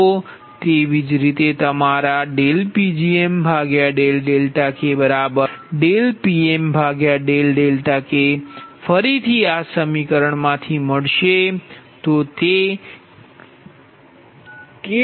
તો તેવી જ રીતે તમારા PgmkPmk ફરીથી આ સમીકરણમાંથી મળશે